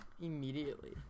Immediately